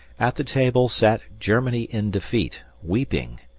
at the table sat germany in defeat, weeping,